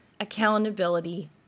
accountability